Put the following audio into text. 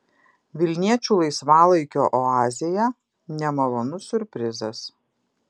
vilniečių laisvalaikio oazėje nemalonus siurprizas